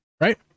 right